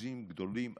אחוזים גדולים,